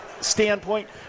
standpoint